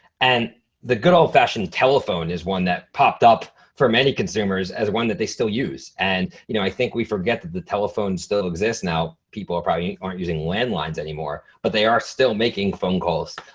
and the good old fashioned telephone is one that popped up for many consumers as one that they still use. and you know i think we forget that the telephone still exists now. people are probably aren't using landlines anymore, but they are still making phone calls.